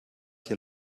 hier